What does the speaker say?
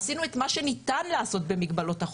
עשינו את מה שניתן לעשות במגבלות החוק,